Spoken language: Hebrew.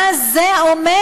מה זה אומר?